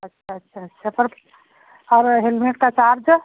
अच्छा अच्छा अच्छा पर और हेलमेट का चार्ज